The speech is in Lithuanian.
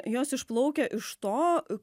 jos išplaukia iš to